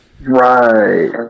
Right